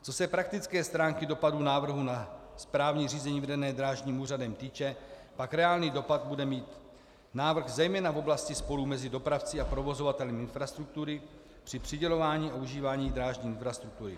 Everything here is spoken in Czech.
Co se praktické stránky dopadů návrhu na správní řízení vydané Drážním úřadem týče, pak reálný dopad bude mít návrh zejména v oblasti sporů mezi dopravci a provozovateli infrastruktury při přidělování a užívání drážní infrastruktury.